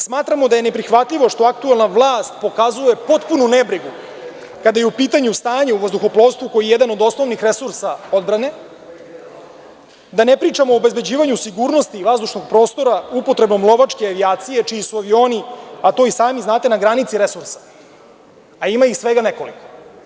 Smatramo da je neprihvatljivo što aktuelna vlast pokazuje potpunu nebrigu kada je u pitanju stanjeu vazduhoplovstvu, koji je jedan od osnovnih resursa odbrane, da ne pričam o obezbeđivanju sigurnosti vazdušnog prostora upotrebom lovačke avijacije, čiji su avioni, a to i sami znate, na granici resursa, a ima ih svega nekoliko.